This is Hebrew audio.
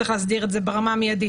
צריך להסדיר את זה ברמה המיידית,